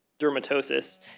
dermatosis